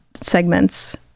segments